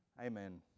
Amen